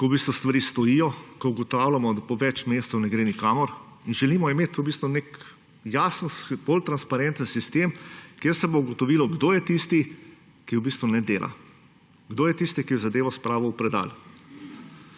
ko v bistvu stvari stojijo, ko ugotavljamo, da po več mesecev ne gre nikamor. Želimo imeti v bistvu nek jasen, bolj transparenten sistem, kjer se bo ugotovilo, kdo je tisti, ki v bistvu ne dela, kdo je tisti, ki je zadevo spravil v predal.